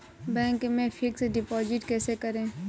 Bank में fix deposit कैसे करें?